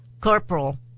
Corporal